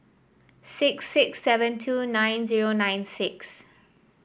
six six seven two nine zero nine six